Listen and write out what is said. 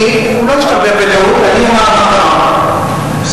הוא לא השתרבב בטעות, אני אומר מה קרה.